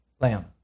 lamb